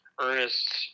Ernest